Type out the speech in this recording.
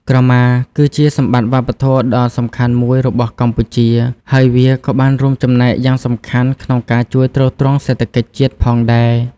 ក្រមាគឺជាសម្បត្តិវប្បធម៌ដ៏សំខាន់មួយរបស់កម្ពុជា ហើយវាក៏បានរួមចំណែកយ៉ាងសំខាន់ក្នុងការជួយទ្រទ្រង់សេដ្ឋកិច្ចជាតិផងដែរ។